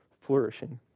flourishing